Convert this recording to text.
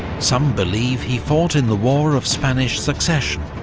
some believe he fought in the war of spanish succession,